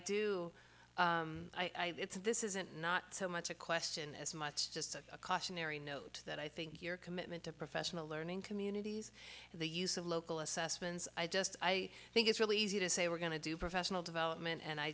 do i it's this isn't not so much a question as much just a cautionary note that i think your commitment to professional learning communities and the use of local assessments i just i think it's really easy to say we're going to do professional development and i